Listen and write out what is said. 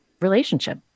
relationship